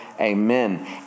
Amen